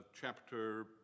chapter